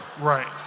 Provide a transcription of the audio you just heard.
Right